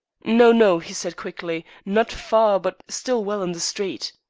no, no, he said quickly, not far, but still well in the street.